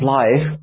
life